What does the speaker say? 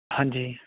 ਹਾਂਜੀ